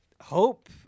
hope